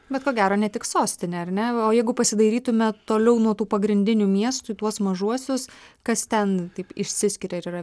bet ko gero ne tik sostinė ar ne o jeigu pasidairytume toliau nuo tų pagrindinių miestų į tuos mažuosius kas ten taip išsiskiria ir yra